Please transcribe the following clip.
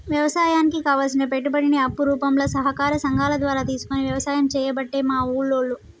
వ్యవసాయానికి కావలసిన పెట్టుబడిని అప్పు రూపంల సహకార సంగాల ద్వారా తీసుకొని వ్యసాయం చేయబట్టే మా ఉల్లోళ్ళు